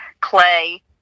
clay